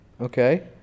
Okay